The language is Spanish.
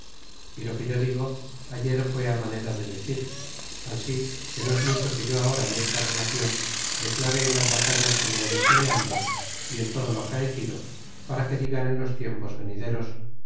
y lo que yo digo ayer fue á manera de decir ansf que no es mucho que yo ahora en esta relacion declaré en las batallas que me hallé peleando y en todo lo acaecido para que digan en los tiempos venideros